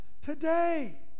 Today